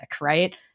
right